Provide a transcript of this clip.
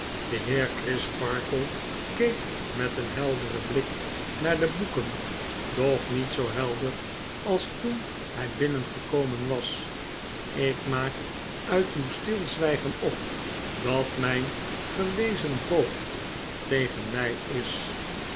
de heer crisparkle keek met een helderen blik naar de boeken doch niet zoo helder als toen hy binnengekomen was ik maak uit uw stilzwygen op dat myn gewezen voogd tegen my is